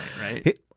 right